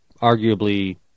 arguably